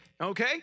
okay